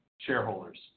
Shareholders